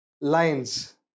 lines